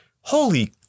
holy